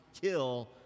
kill